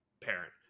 parent